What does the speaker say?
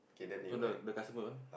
this one the customer one